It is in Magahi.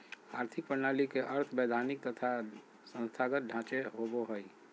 आर्थिक प्रणाली के अर्थ वैधानिक तथा संस्थागत ढांचे होवो हइ